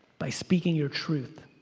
by speaking your truth.